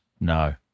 No